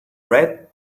red